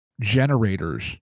generators